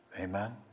Amen